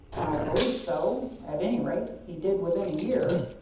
i believe so. at any rate, he did within a year.